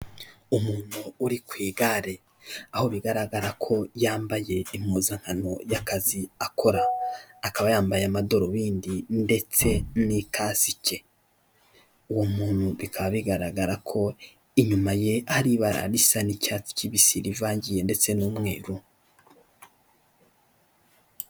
Umuntu uri ku igare aho bigaragara ko yambaye impuzankano y'akazi akora, akaba yambaye amadarubindi ndetse n'ikasike, uwo muntu bikaba bigaragara ko inyuma ye hari ibara risa n'icyatsi kibisi rivangiye ndetse n'umweru.